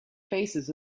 faces